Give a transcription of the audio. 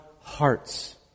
hearts